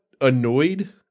annoyed